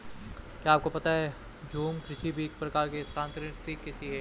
क्या आपको पता है झूम कृषि भी एक प्रकार की स्थानान्तरी कृषि ही है?